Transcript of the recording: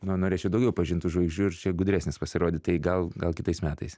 na norėčiau daugiau pažint tų žvaigždžių ir čia gudresnis pasirodyt tai gal gal kitais metais